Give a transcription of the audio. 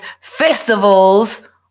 festivals